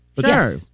Sure